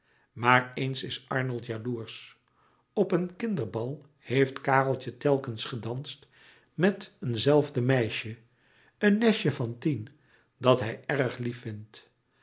maar eens is arnold jaloersch op een kinderbal heeft kareltje telkens gedanst met een zelfde meisje een nestje van tien dat hij erg lief vindt